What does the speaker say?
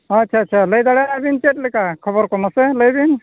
ᱟᱪᱪᱷᱟ ᱟᱪᱪᱷᱟ ᱞᱟᱹᱭ ᱫᱟᱲᱮᱜᱼᱟᱵᱤᱱ ᱪᱮᱫᱞᱮᱠᱟ ᱠᱷᱚᱵᱚᱨᱠᱚ ᱢᱟᱥᱮ ᱞᱟᱹᱭᱵᱤᱱ